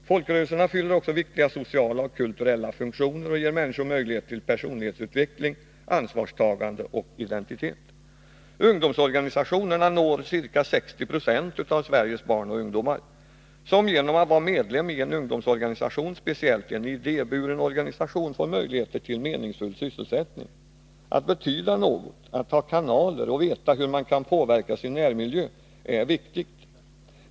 Folkrörelserna fyller också viktiga sociala och kulturella funktioner och ger människor möjlighet till personlighetsutveckling, ansvarstagande och identitet. Ungdomsorganisationerna når ca 60 96 av Sveriges barn och ungdomar, som genom att vara medlem i en ungdomsorganisation, speciellt i en idéburen organisation, får möjlighet till meningsfull sysselsättning. Att betyda något, att ha kanaler och veta hur man kan påverka sin närmiljö är viktigt.